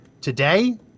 today